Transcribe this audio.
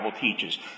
teaches